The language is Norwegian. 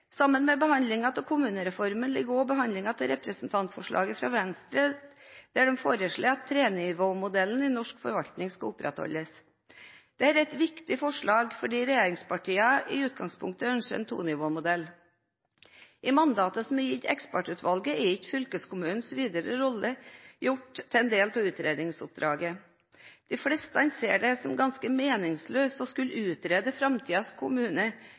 Sammen med behandlingen av kommunereformen ligger også behandlingen av representantforslaget fra Venstre, der man foreslår at trenivåmodellen i norsk forvaltning skal opprettholdes. Dette er et viktig forslag, fordi regjeringspartiene i utgangspunktet ønsker en tonivåmodell. I mandatet som er gitt ekspertutvalget, er ikke fylkeskommunenes videre rolle gjort til en del av utredningsoppdraget. De fleste ser det som ganske meningsløst å skulle utrede